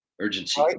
Urgency